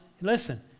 listen